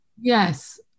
Yes